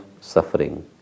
suffering